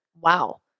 Wow